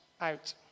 out